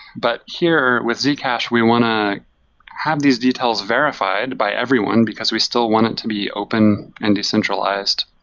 but here, with zcash, we want to have these details verified by everyone, because we still want it to be open and decentralized,